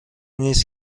نیست